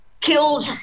killed